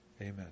amen